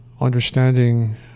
understanding